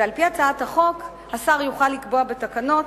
ועל-פי הצעת החוק השר יוכל לקבוע בתקנות